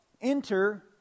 Enter